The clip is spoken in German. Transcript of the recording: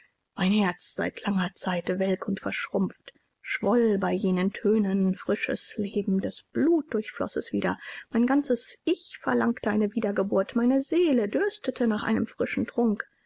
mein herz seit langer zeit welk und verschrumpft schwoll bei jenen tönen frisches lebendes blut durchfloß es wieder mein ganzes ich verlangte eine wiedergeburt meine seele dürstete nach einem frischen trunk